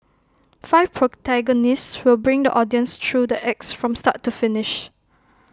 five protagonists will bring the audience through the acts from start to finish